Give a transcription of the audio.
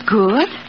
good